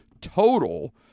total